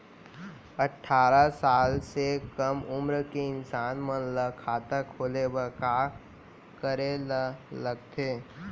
अट्ठारह साल से कम उमर के इंसान मन ला खाता खोले बर का करे ला लगथे?